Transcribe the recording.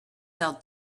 sell